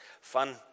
fun